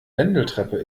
wendeltreppe